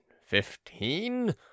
fifteen